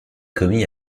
commis